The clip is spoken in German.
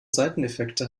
seiteneffekte